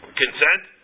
consent